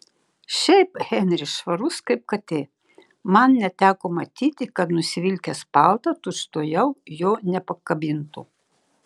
šiaip henris švarus kaip katė man neteko matyti kad nusivilkęs paltą tučtuojau jo nepakabintų